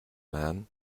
man